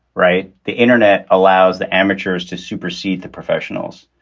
right. the internet allows the amateurs to supersede the professionals.